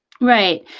Right